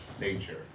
nature